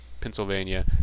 Pennsylvania